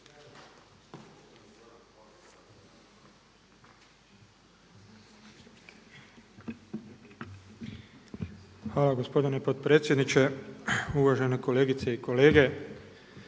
Hvala gospodine potpredsjedniče. Uvažene kolegice i kolege.